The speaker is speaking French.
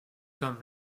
comme